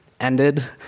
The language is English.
ended